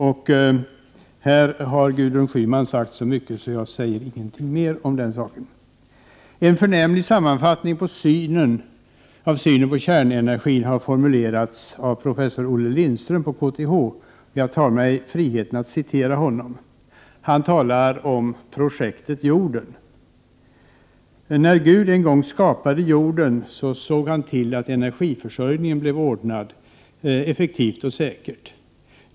Här har Gudrun Schyman sagt så mycket att jag inte skall säga någonting mer om den saken. En förnämlig sammanfattning av synen på kärnenergin har formulerats av professor Olle Lindström på KTH, och jag tar mig friheten att citera honom. Han talar om Projektet Jorden. ”När Gud en gång skapade Jorden, såg han till att energiförsörjningen blev ordnad effektivt och säkert.